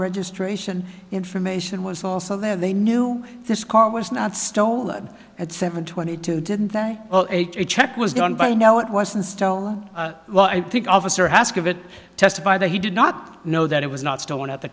registration information was also there they knew this car was not stolen at seven twenty two didn't they check was done by you know it wasn't stolen well i think officer has give it testify that he did not know that it was not stolen at the